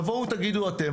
תבואו ותגידו אתם,